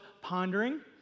pondering